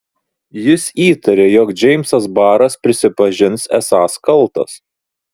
jis įtarė jog džeimsas baras prisipažins esąs kaltas